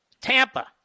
Tampa